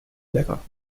lecker